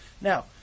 Now